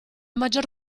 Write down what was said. maggior